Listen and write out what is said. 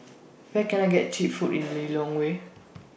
Where Can I get Cheap Food in Lilongwe